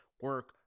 Work